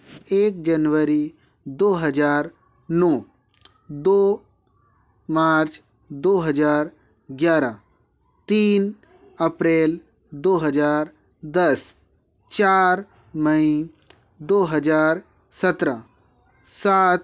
एक जनवरी दो हजार नौ दो मार्च दो हजार ग्यारह तीन अप्रैल दो हजार दस चार मई दो हजार सत्रह सात